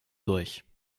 durch